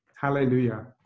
Hallelujah